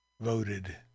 voted